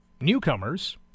newcomers